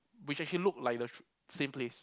which actual looked like the true same place